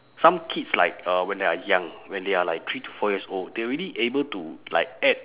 some kids like uh when they are young when they are like three to four years old they already able to like add